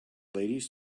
ladies